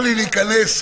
לכן,